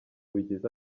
bigize